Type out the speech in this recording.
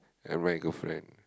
and my girlfriend